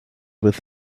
with